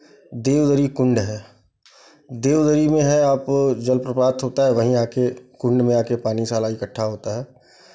देवगिरि कुंड है देवगिरि में है आप जलप्रपात होता है वहीं आके कुंड में आके पानी सारा इकट्ठा होता है